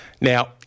Now